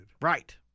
Right